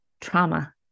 trauma